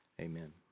amen